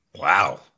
Wow